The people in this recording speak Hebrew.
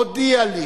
הודיעה לי